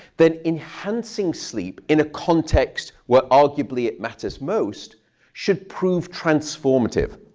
then enhancing sleep in a context where, arguably, it matters most should prove transformative.